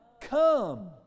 Come